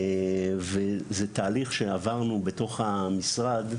וזה תהליך שעברנו בתוך המשרד.